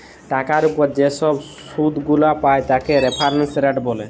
টাকার উপর যে ছব শুধ গুলা পায় তাকে রেফারেন্স রেট ব্যলে